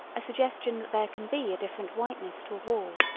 a suggestion that there can be a different whiteness to a wall.